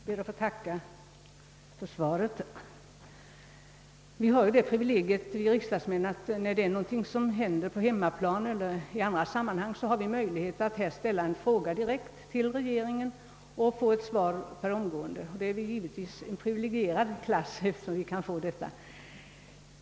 Herr talman! Jag ber att få tacka statsrådet Lundkvist för svaret på min fråga. Vi som sitter i riksdagen har ju det privilegiet att vi, när det händer något på hemmaplan, har möjlighet att ställa en fråga direkt till regeringen och få svar omgående.